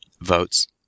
votes